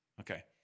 Okay